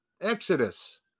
exodus